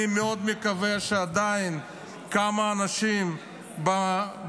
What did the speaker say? אני מאוד מקווה שעדיין כמה אנשים בבית